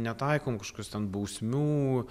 netaikom kažkokias ten bausmių